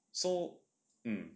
so um